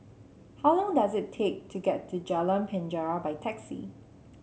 how long does it take to get to Jalan Penjara by taxi